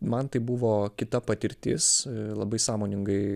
man tai buvo kita patirtis labai sąmoningai